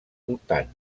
voltant